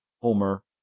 homer